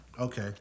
okay